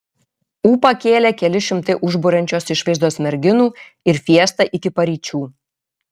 ūpą kėlė keli šimtai užburiančios išvaizdos merginų ir fiesta iki paryčių